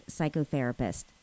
psychotherapist